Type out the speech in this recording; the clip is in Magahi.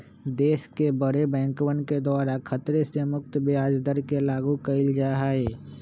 देश के बडे बैंकवन के द्वारा खतरे से मुक्त ब्याज दर के लागू कइल जा हई